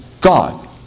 God